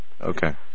okay